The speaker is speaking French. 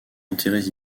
enterrés